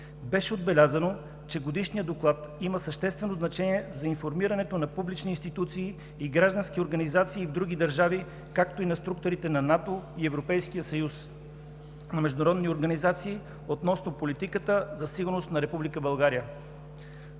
Беше отбелязано, че Годишният доклад има съществено значение за информирането на публични институции и граждански организации в други държави, както и на структури на НАТО и Европейския съюз, на международни организации относно политиката за сигурност на